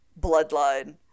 bloodline